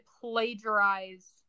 plagiarize